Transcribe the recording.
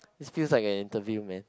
is feels like an interview man